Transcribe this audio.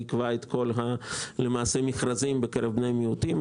היא עיכבה את כל המכרזים בקרב בני המיעוטים.